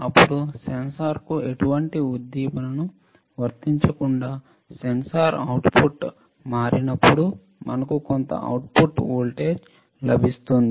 అప్పుడు సెన్సార్కు ఎటువంటి ఉద్దీపనను వర్తించకుండా సెన్సార్ అవుట్పుట్ మారినప్పుడు మనకు కొంత అవుట్పుట్ వోల్టేజ్ లభిస్తుంది